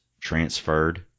transferred